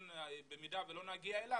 במידה שלא נגיע לדיון,